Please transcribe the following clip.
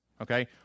okay